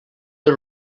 per